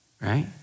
right